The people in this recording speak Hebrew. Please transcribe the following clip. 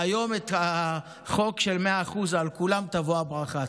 והיום את החוק של 100% על כולם תבוא הברכה.